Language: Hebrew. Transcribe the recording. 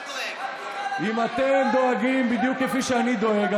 אם אתם דואגים בדיוק כפי שאני דואג,